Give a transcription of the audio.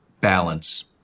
Balance